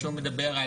שהוא מדבר,